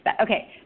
okay